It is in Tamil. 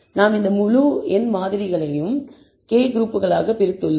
நாம் இந்த முழு n சாம்பிள்களையும் k குரூப்களாக பிரித்துள்ளோம்